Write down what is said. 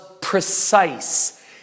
precise